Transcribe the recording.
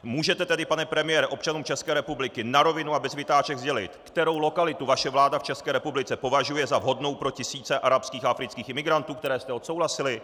Můžete tedy, pane premiére, občanům České republiky na rovinu a bez vytáček sdělit, kterou lokalitu vaše vláda v České republice považuje za vhodnou pro tisíce arabských a afrických imigrantů, které jste odsouhlasili?